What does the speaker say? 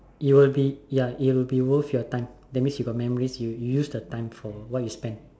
it will be ya it will be worth your time that means you got memories you you use the time for what you spend